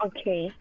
Okay